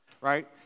right